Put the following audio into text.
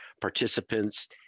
participants